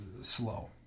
slow